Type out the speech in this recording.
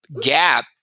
gap